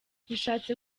bishatse